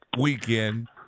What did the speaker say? weekend